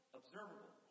observable